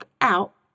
out